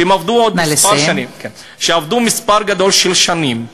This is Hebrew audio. שעבדו מספר גדול של שנים,